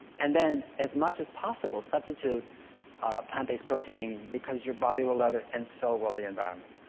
and then, as much as possible, substitute plant-based protein, because your body will love it and so will the environment. i